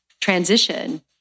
transition